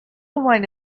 wine